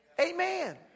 Amen